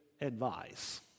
advice